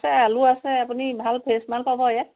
আছে আলু আছে আপুনি ভাল ফ্ৰেচ মাল পাব ইয়াত